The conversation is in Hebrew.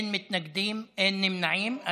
אין מתנגדים, אין נמנעים.